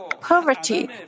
Poverty